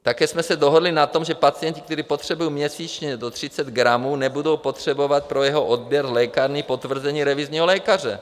Také jsme se dohodli na tom, že pacienti, kteří potřebují měsíčně do 30 gramů, nebudou potřebovat pro jeho odběr v lékárně potvrzení revizního lékaře.